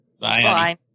Bye